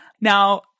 Now